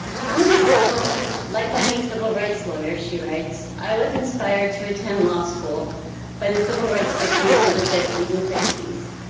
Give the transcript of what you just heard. how many civil, like many civil rights lawyers, she writes, i was inspired to attend law school by the civil rights victories of the fifty s and sixty s,